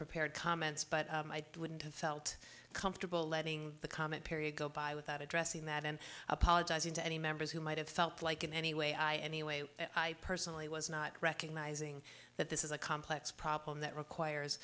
prepared comments but i wouldn't have felt comfortable letting the comment period go by without addressing that and apologising to any members who might have felt like in any way i anyway i personally was not recognising that this is a complex problem that requires